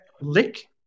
Lick